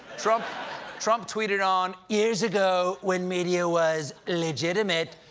trump trump tweeted on, years ago, when media was legitimate,